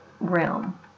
realm